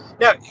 Now